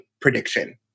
prediction